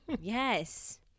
yes